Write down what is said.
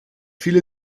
viele